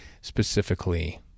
specifically